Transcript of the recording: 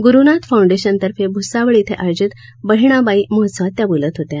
गुरूनाथ फाउंडेशनतर्फे भूसावळ इथं आयोजित बहिणाई महोत्सवात त्या बोलत होत्या